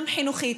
גם חינוכית,